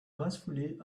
gracefully